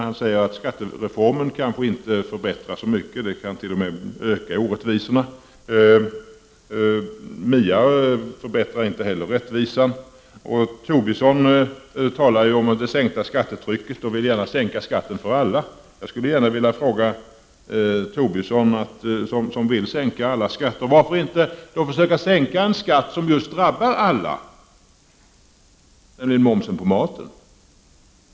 Han säger att skattereformen kanske inte förbättrar så mycket. Den kan t.o.m. öka orättvisorna. MIA förbättrar inte heller förhållandena när det gäller rättvisan. Lars Tobisson talar om ett sänkt skattetryck. Han vill gärna sänka skatten för alla. Jag skulle gärna vilja fråga Lars Tobisson, som alltså vill sänka alla skatter: Varför inte försöka sänka just den skatt som drabbar alla — jag tänker då på momsen på maten?